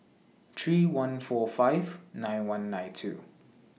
three one four five nine one nine two